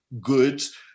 goods